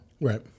Right